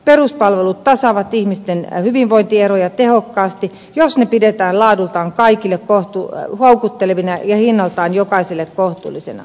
peruspalvelut tasaavat ihmisten hyvinvointieroja tehokkaasti jos ne pidetään laadultaan kaikille houkuttelevina ja hinnaltaan jokaiselle kohtuullisina